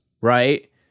right